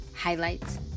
highlights